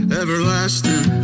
everlasting